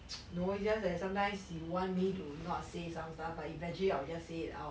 is just that sometimes you want me to not say some stuff but eventually I will just say it out